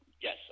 yes